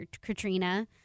Katrina